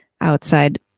outside